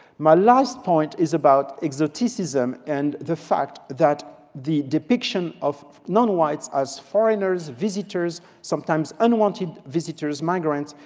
my last point is about exoticism and the fact that the depiction of nonwhites as foreigners, visitors, sometimes unwanted visitors, migrants,